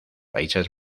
países